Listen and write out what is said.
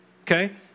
okay